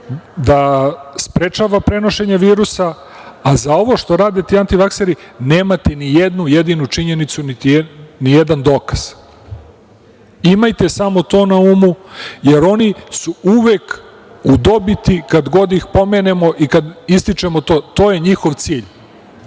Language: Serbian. da sprečava prenošenje virusa, a za ovo što rade ti antivakseri nemate ni jednu jedinu činjenicu, niti jedan dokaz. Imajte samo to na umu, jer oni su uvek u dobiti kad god ih pomenemo i kada ističemo to. To je njihov cilj. Video